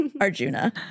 Arjuna